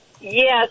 Yes